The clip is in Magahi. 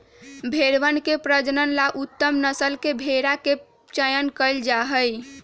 भेंड़वन के प्रजनन ला उत्तम नस्ल के भेंड़ा के चयन कइल जाहई